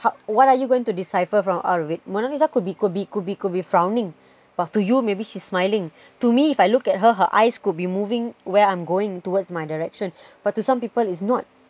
how what are you going to decipher from out of it mona lisa could be could be could be could be frowning but to you maybe she's smiling to me if I look at her her eyes could be moving where I'm going towards my direction but to some people it's not